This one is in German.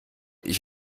ich